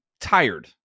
tired